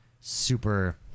Super